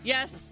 Yes